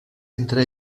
entre